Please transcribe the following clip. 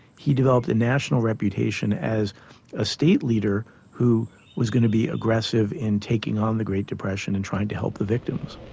he developed a national reputation as a state leader who was going to be aggressive in taking on the great depression and trying to help the victims.